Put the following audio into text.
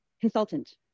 consultant